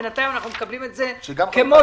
בינתיים אנחנו מקבלים את זה כפי שהוא.